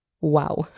wow